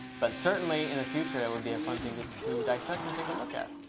but certainly in the future, it would be a fun thing to to dissect and take a look at.